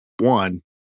one